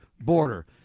border